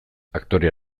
aktorea